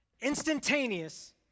instantaneous